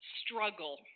struggle